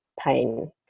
pain